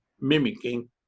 mimicking